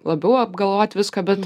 labiau apgalvot viską bet